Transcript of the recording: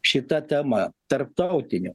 šita tema tarptautiniu